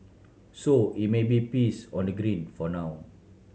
so it may be peace on the green for now